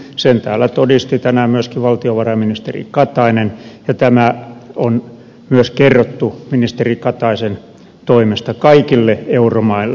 sen täällä todisti tänään myöskin valtiovarainministeri katainen ja tämä on myös kerrottu ministeri kataisen toimesta kaikille euromaille